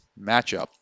matchup